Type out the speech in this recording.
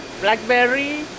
blackberry